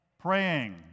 praying